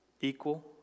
equal